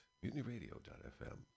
mutinyradio.fm